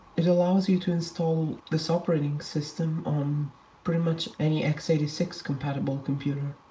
it allows you to install this operating system on pretty much any x eight six compatible computer.